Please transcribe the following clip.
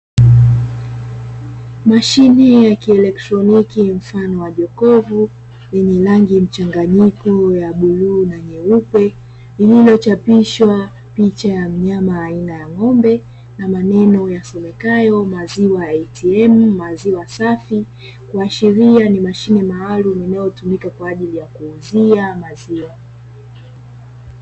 Mashine ya kielektroniki mfano wa jokofu, Yenye rangi mchanganyiko ya bluu na nyeupe ilochapishwa picha ya mnyama aina ya ng'ombe na maneno yasomekayo"maziwa ya "ATM" maziwa safi" kuahiria ni mashine maalumu inayotumika kwa ajili ya kuuzia maziwa.